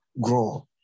grow